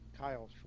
Kyle